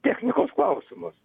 technikos klausimas